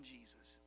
Jesus